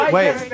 Wait